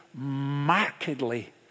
markedly